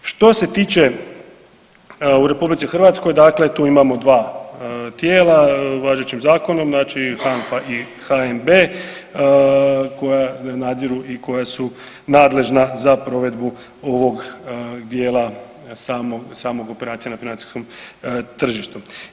Što se tiče u RH dakle tu imamo dva tijela važećim zakonom znači HANFA i HNB koja nadziru i koja su nadležna za provedbu ovog dijela samog, samog operacija na financijskom tržištu.